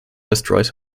destroys